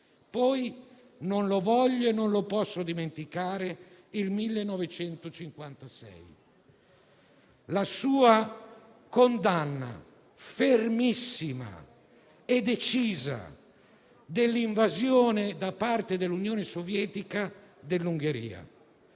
Non voglio e non posso dimenticare, poi, il 1956: la sua condanna fermissima e decisa dell'invasione da parte dell'Unione sovietica dell'Ungheria,